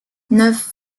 neuf